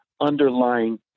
underlying